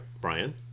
Brian